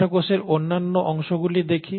আমরা কোষের অন্যান্য অংশগুলি দেখি